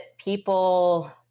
people